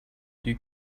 you